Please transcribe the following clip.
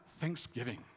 Thanksgiving